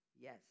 Yes